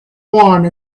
one